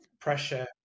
pressure